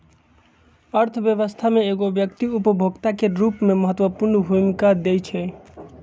अर्थव्यवस्था में एगो व्यक्ति उपभोक्ता के रूप में महत्वपूर्ण भूमिका दैइ छइ